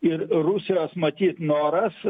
ir rusijos matyt noras